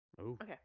Okay